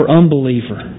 unbeliever